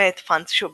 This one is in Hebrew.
מאת פרנץ שוברט.